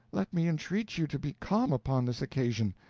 let me entreat you to be calm upon this occasion,